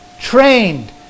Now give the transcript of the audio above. trained